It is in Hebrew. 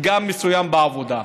פגם מסוים בעבודה.